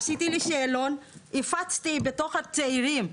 עשיתי לי שאלון והפצתי בתוך הצעירים.